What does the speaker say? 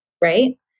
right